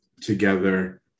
together